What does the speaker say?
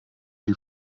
die